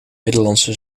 middellandse